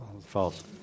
False